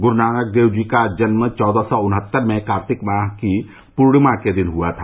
गुरूनानक देव जी का जन्म चौदह सौ उन्हत्तर में कार्तिक माह की पूर्णिमा के दिन हुआ था